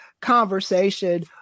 conversation